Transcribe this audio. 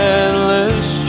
endless